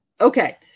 Okay